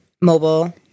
mobile